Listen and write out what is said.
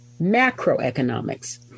macroeconomics